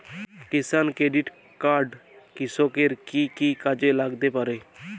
কিষান credit card কৃষকের কি কি কাজে লাগতে পারে?